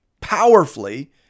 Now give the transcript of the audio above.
powerfully